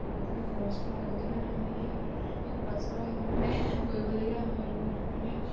ব্যৱসায় খৰচ কৰাৰ আগতে মানে আমি সেই খৰচ কৰা সেইটোত মানে কৰিবলগীয়া হয় আৰু সেইটো কাৰণে